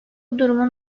durumun